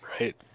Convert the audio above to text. right